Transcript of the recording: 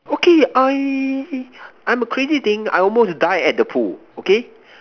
okay I I'm a crazy thing I almost died at the pool okay